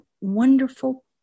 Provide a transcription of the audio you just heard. wonderful